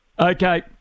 Okay